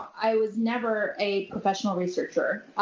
i was never a professional researcher.